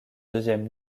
deuxième